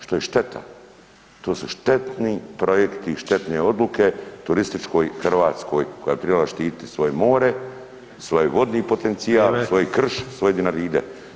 Što je šteta, to su štetni projekti i štetne odluke turističkoj Hrvatskoj koja bi tribla štiti svoje more, svoj vodni potencijal [[Upadica: Vrijeme.]] svoj krš, svoje Dinaride.